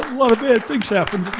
lot of bad things happened